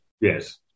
yes